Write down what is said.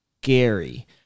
Gary